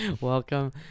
welcome